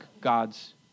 God's